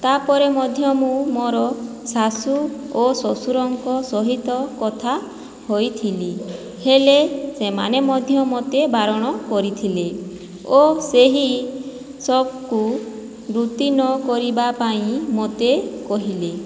ତାପରେ ମଧ୍ୟ ମୁଁ ମୋ'ର ଶାଶୁ ଓ ଶଶୁରଙ୍କ ସହିତ କଥା ହୋଇଥିଲି ହେଲେ ସେମାନେ ମଧ୍ୟ ମୋତେ ବାରଣ କରିଥିଲେ ଓ ସେହି ସଉକକୁ ବୃତ୍ତି ନ କରିବା ପାଇଁ ମୋତେ କହିଲେ